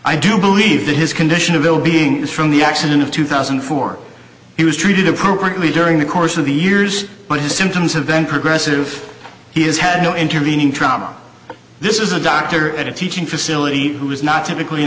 i do believe the his condition of ill beings from the accident of two thousand and four he was treated appropriately during the course of the years but his symptoms have then progressive he has had no intervening trauma this is a doctor at a teaching facility who is not typically